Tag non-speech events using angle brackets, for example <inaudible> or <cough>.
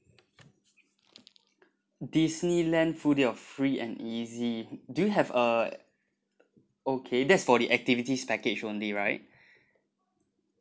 Disneyland full day of free and easy do you have a okay that's for the activities package only right <breath>